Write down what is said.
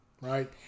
right